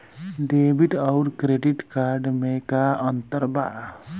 Debit आउर credit card मे का अंतर बा?